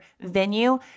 venue